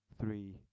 three